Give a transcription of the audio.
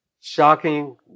Shocking